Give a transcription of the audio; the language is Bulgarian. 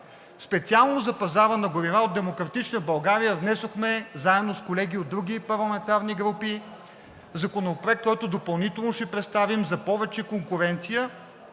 Специално за пазара на горива от „Демократична България“ внесохме заедно с колеги от други парламентарни групи законопроект, който допълнително ще представим за повече конкуренция.